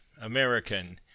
American